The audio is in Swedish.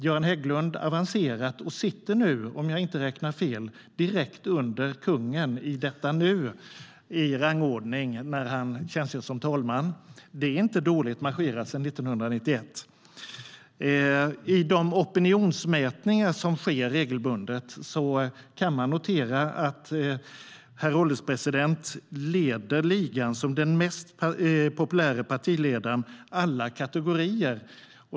Göran Hägglund har avancerat och sitter, om jag inte räknar fel, direkt under kungen i rangordning i detta nu när han tjänstgör som talman. Det är inte dåligt marscherat sedan 1991! I de opinionsmätningar som sker regelbundet kan man notera att herr ålderspresidenten leder ligan som den mest populäre partiledaren alla kategorier.